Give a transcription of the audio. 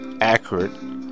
accurate